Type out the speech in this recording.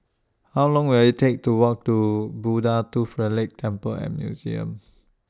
How Long Will IT Take to Walk to Buddha Tooth Relic Temple and Museum